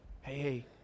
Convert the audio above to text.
hey